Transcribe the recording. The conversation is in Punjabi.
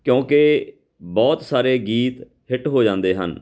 ਕਿਉਂਕਿ ਬਹੁਤ ਸਾਰੇ ਗੀਤ ਹਿੱਟ ਹੋ ਜਾਂਦੇ ਹਨ